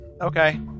Okay